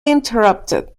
interrupted